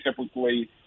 typically